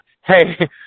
hey